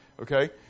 okay